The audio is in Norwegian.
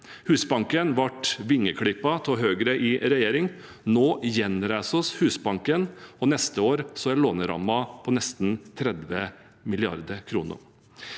Husbanken ble vingeklippet av Høyre i regjering. Nå gjenreiser vi Husbanken, og neste år er lånerammen på nesten 30 mrd. kr.